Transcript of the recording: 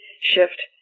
shift